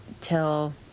till